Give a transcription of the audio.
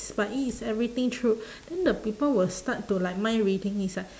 but it is everything true then the people will start to like mind reading it's like